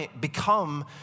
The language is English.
become